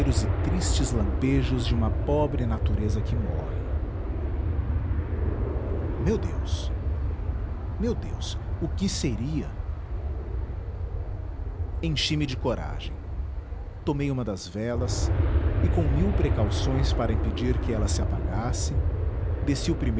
tristes lampejos de uma pobre natureza que morre meu deus meu deus o que seria enchi me de coragem tomei uma das velas e com mil precauções para impedir que ela se apagasse